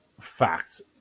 facts